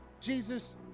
Jesus